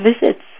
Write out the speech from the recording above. visits